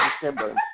December